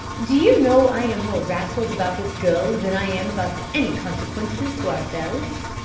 do you know i am more rattled about this girl than i am about any consequences to ourselves.